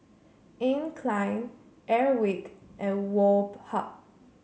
Anne Klein Airwick and Woh Hup